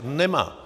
Nemá!